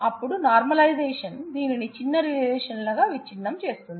అప్పుడు నార్మలైజషన్ దీనిని చిన్న రిలేషన్లుగా విచ్ఛిన్నం చేస్తుంది